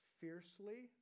fiercely